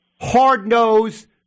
hard-nosed